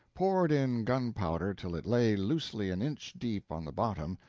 poured in gunpowder till it lay loosely an inch deep on the bottom,